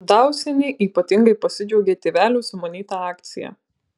dausienė ypatingai pasidžiaugė tėvelių sumanyta akcija